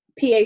PA